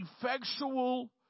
effectual